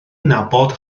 nabod